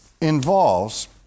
involves